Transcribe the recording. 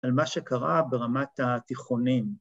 ‫על מה שקרה ברמת התיכונים.